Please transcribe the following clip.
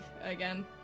again